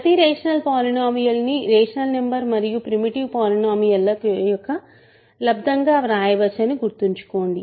ప్రతి రేషనల్ పాలినోమియల్ని rational number మరియు ప్రీమిటివ్ పాలినోమియల్ ల యొక్క లబ్దం గా వ్రాయవచ్చని గుర్తుంచుకోండి